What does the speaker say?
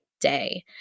day